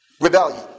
rebellion